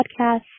podcast